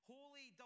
Holy